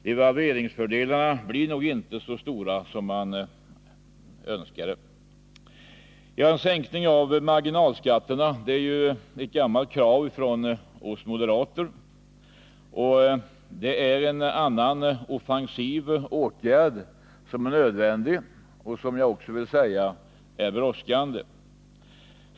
Devalveringsfördelarna blir inte så stora som man kan önska. En sänkning av marginalskatterna, ett gammalt krav från oss moderater, a är är en annan offensiv åtgärd som är nödvändig och som jag också vill sä brådskande.